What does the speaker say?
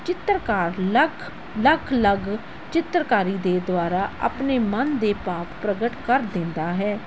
ਚਿੱਤਰਕਾਰ ਲੱਖ ਲੱਖ ਅਲੱਗ ਚਿੱਤਰਕਾਰੀ ਦੇ ਦੁਆਰਾ ਆਪਣੇ ਮਨ ਦੇ ਭਾਵ ਪ੍ਰਗਟ ਕਰ ਦਿੰਦਾ ਹੈ